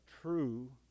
true